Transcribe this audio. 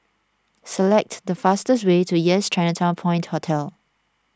select the fastest way to Yes Chinatown Point Hotel